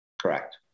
correct